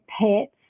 pets